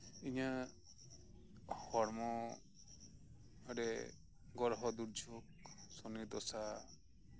ᱤᱧᱟᱜ ᱦᱚᱲᱢᱚ ᱟᱹᱰᱤ ᱜᱨᱚᱦᱚ ᱫᱩᱨᱡᱚᱜ ᱥᱚᱱᱤ ᱫᱚᱥᱟ